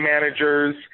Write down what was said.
managers